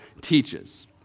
teaches